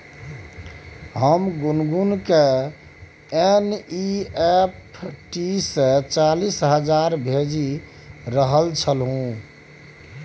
हम गुनगुनकेँ एन.ई.एफ.टी सँ चालीस हजार भेजि रहल छलहुँ